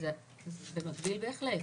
במקביל בהחלט.